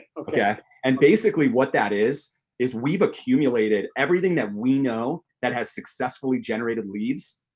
ah but yeah and basically, what that is is we've accumulated everything that we know that has successfully generated leads,